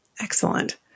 Excellent